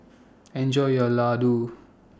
Enjoy your Ladoo